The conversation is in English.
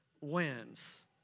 wins